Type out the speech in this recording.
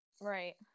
Right